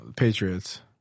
Patriots